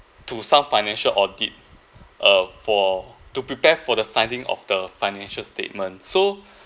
to some financial audit uh for to prepare for the signing of the financial statement so